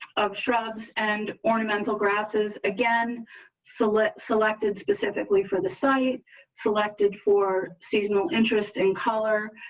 of shrubs and ornamental grasses again select selected specifically for the site selected for seasonal interesting color,